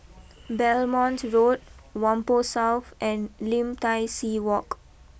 Belmont Road Whampoa South and Lim Tai see walk